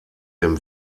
dem